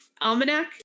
almanac